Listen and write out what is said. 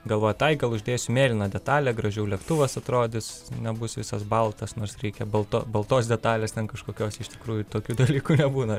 galvojat ai gal uždėsiu mėlyną detalę gražiau lėktuvas atrodys nebus visas baltas nors reikia balto baltos detalės ten kažkokios iš tikrųjų tokių dalykų nebūna